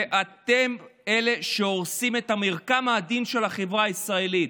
ואתם אלה שהורסים את המרקם העדין של החברה הישראלית.